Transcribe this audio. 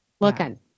Looking